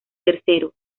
terceros